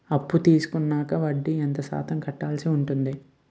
అప్పు తీసుకున్నాక వడ్డీ ఎంత శాతం కట్టవల్సి వస్తుంది?